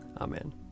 Amen